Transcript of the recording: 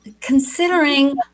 considering